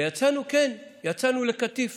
וכן, יצאנו לקטיף